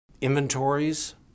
Inventories